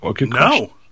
No